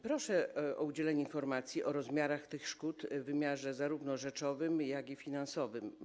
Proszę o udzielenie informacji o rozmiarach tych szkód w wymiarze zarówno rzeczowym, jak i finansowym.